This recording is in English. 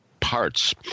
parts –